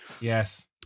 Yes